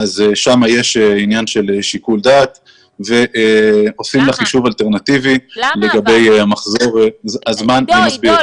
שם יש עניין של שיקול דעת ועושים לה חישוב אלטרנטיבי לגבי המחזור לגבי